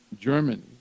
Germany